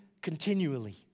continually